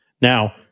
Now